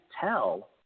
tell